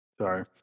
Sorry